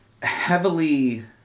heavily